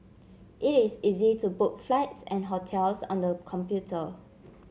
it is easy to book flights and hotels on the computer